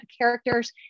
characters